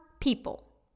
people